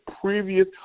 previous